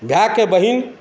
भाइके बहिन